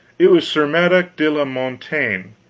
it was sir madok de la montaine,